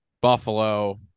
buffalo